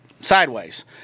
sideways